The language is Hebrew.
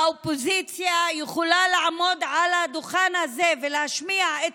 האופוזיציה יכולה לעמוד על הדוכן הזה ולהשמיע את